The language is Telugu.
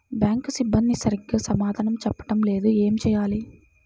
బ్యాంక్ సిబ్బంది సరిగ్గా సమాధానం చెప్పటం లేదు ఏం చెయ్యాలి?